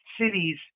cities